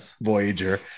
Voyager